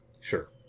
Sure